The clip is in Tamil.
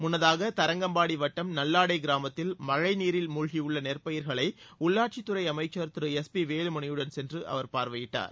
முன்னதாக தரங்கம்பாடிவட்டம் நல்லாடைகிராமத்தில் மழைநீரில் மூழ்கியுள்ளநெற்பயிர்களைஉள்ளாட்சித்துறைஅமைச்சர் திரு எஸ் பிவேலுமணியுடன் சென்றுஅவர் பார்வையிட்டார்